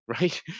right